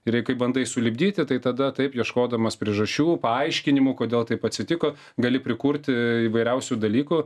ir jau kai bandai sulipdyti tai tada taip ieškodamas priežasčių paaiškinimų kodėl taip atsitiko gali prikurti įvairiausių dalykų